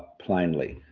plainly.